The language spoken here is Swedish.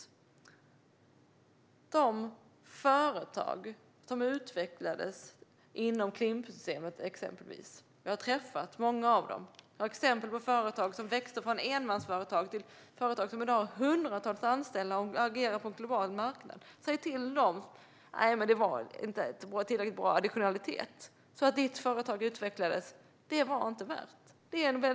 Jag har träffat många av de företag som utvecklades inom exempelvis Klimpsystemet. Jag har exempel på företag som växte från enmansföretag till företag som i dag har hundratals anställda och agerar på en global marknad. Säg till dem: Nej, det var inte tillräckligt bra additionalitet. Att ditt företag utvecklades var inte värt det.